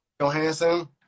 Johansson